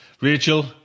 Rachel